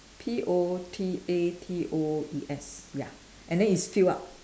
P O T A T O E S ya and then it's filled up